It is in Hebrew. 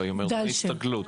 לא, היא אומרת דמי הסתגלות.